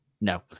No